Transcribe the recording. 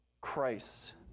Christ